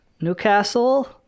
Newcastle